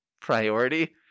priority